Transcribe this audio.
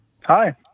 Hi